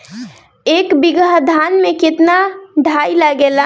एक बीगहा धान में केतना डाई लागेला?